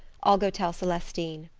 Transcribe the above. i'll go tell celestine.